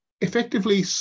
effectively